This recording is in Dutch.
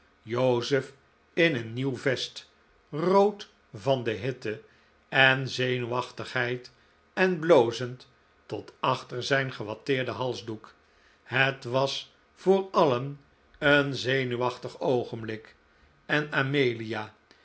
joseph in een nieuw vest rood van de hitte en zenuwachtigheid en blozend tot achter zijn gewatteerden halsdoek het was voor alien een zenuwachtig oogenblik en amelia